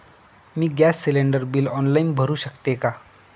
मी gas cylinder bill online भरु शकते का?